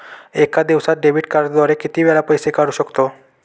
एका दिवसांत डेबिट कार्डद्वारे किती वेळा पैसे काढू शकतो?